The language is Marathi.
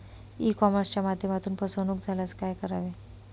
ई कॉमर्सच्या माध्यमातून फसवणूक झाल्यास काय करावे?